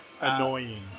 Annoying